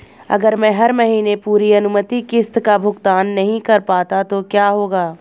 अगर मैं हर महीने पूरी अनुमानित किश्त का भुगतान नहीं कर पाता तो क्या होगा?